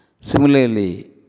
Similarly